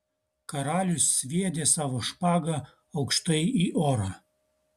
karalius sviedė savo špagą aukštai į orą